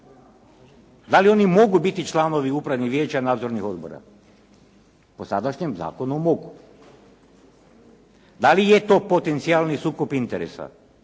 Da li oni mogu biti članovi upravnih vijeća nadzornih odbora? Po sadašnjem zakonu mogu. Da li je to potencijalni sukob interesa?